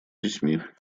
детьми